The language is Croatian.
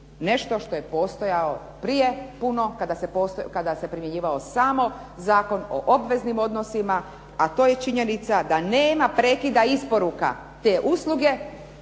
nešto što je postojalo prije puno kada se primjenjivao samo Zakon o obveznim odnosima a to je činjenica da nema prekida isporuka te usluge